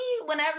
whenever